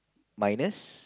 minus